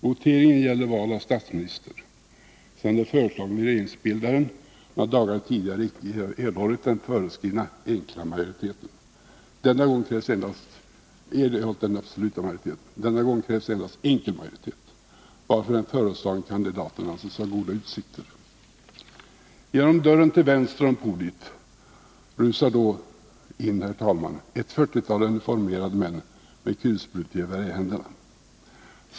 Voteringen gäller val av statsminister, sedan den föreslagna regeringsbildaren några dagar tidigare icke erhållit den föreskrivna absoluta majoriteten. Denna gång krävs endast enkel majoritet, varför den föreslagne kandidaten anses ha goda utsikter. Genom dörren till vänster om podiet rusar då in, herr talman, ett 40-tal uniformerade män med kulsprutegevär i händerna.